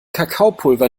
kakaopulver